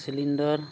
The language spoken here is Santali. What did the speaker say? ᱥᱤᱞᱤᱱᱰᱟᱨ